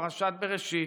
פרשת בראשית,